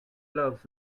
gloves